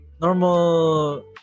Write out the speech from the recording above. normal